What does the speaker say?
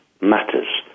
matters